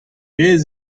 aes